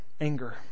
anger